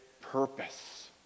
purpose